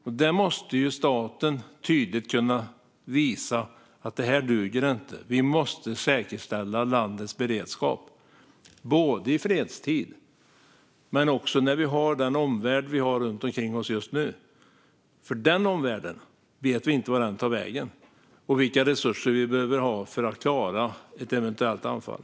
Staten måste tydligt kunna visa att det här inte duger. Vi måste säkerställa landets beredskap både i fredstid och när vi har den omvärld vi har runt omkring oss just nu för vi vet inte vart den omvärlden tar vägen och vilka resurser vi behöver ha för att klara ett eventuellt anfall.